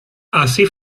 así